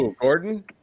Gordon